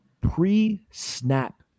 Pre-snap